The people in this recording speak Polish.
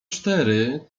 cztery